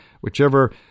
whichever